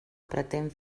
pretén